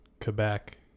Quebec